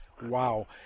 Wow